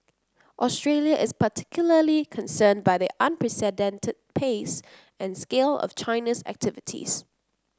Australia is particularly concerned by the unprecedented pace and scale of China's activities